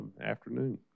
afternoon